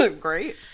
Great